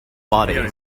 body